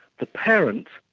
the parents,